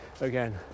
again